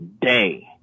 day